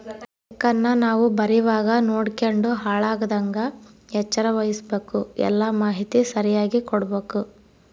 ಚೆಕ್ಕನ್ನ ನಾವು ಬರೀವಾಗ ನೋಡ್ಯಂಡು ಹಾಳಾಗದಂಗ ಎಚ್ಚರ ವಹಿಸ್ಭಕು, ಎಲ್ಲಾ ಮಾಹಿತಿ ಸರಿಯಾಗಿ ಕೊಡ್ಬಕು